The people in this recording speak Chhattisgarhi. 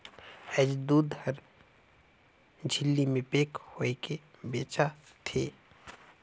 आयज दूद हर झिल्ली में पेक होयके बेचा थे